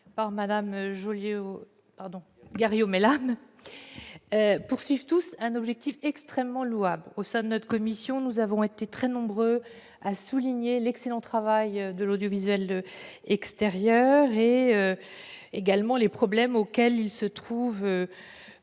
et Mme Garriaud-Maylam ont un objectif extrêmement louable. Au sein de notre commission, nous avons été très nombreux à souligner l'excellent travail de l'audiovisuel extérieur et les problèmes auxquels il se trouve